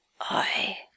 I